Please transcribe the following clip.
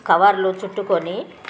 కవర్లు చుట్టుకొని